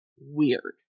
weird